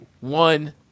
one